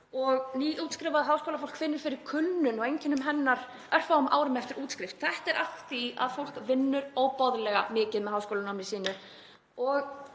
og nýútskrifað háskólafólk finnur fyrir kulnun og einkennum hennar örfáum árum eftir útskrift. Þetta er af því að fólk vinnur óboðlega mikið með háskólanámi sínu.